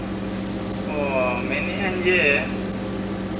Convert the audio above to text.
ᱚ ᱢᱮᱱᱮᱫ ᱟᱹᱧ ᱡᱮ